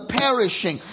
perishing